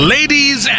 Ladies